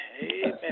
Amen